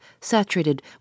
saturated